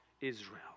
Israel